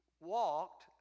walked